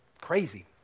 crazy